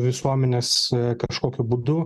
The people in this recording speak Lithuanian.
visuomenės kažkokiu būdu